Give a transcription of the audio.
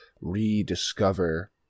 rediscover